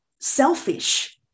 selfish